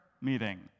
meeting